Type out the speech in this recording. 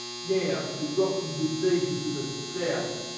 now, the rotten diseases of the south,